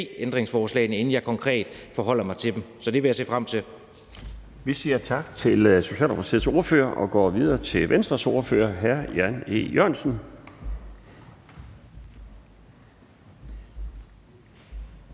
ændringsforslagene, inden jeg konkret forholder mig til dem. Så det vil jeg se frem til. Kl. 12:33 Den fg. formand (Bjarne Laustsen): Vi siger tak til Socialdemokratiets ordfører og går videre til Venstres ordfører, hr. Jan E. Jørgensen.